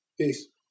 peace